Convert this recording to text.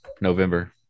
November